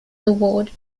award